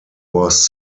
was